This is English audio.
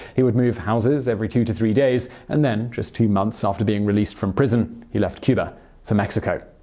he would move houses every two to three days and then, just two months after being released from prison, he left cuba for mexico.